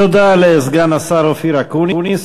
תודה לסגן השר אופיר אקוניס.